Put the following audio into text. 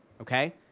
Okay